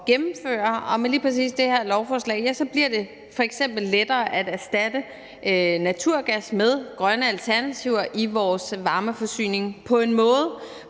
at gennemføre. Og med lige præcis det her lovforslag bliver det f.eks. lettere at erstatte naturgas med grønne alternativer i vores varmeforsyning på en måde,